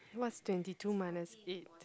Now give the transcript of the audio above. what's twenty two minus eight